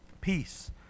peace